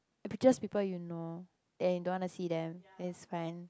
~ just people you know then you don't wanna see them then it's fine